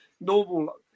normal